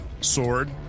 sword